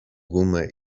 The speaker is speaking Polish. gumę